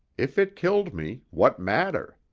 if it killed me, what matter?